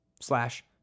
slash